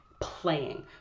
playing